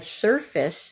surface